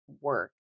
work